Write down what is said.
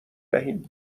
دهیم